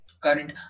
current